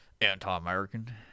anti-American